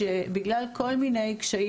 שבגלל כל מיני קשיים,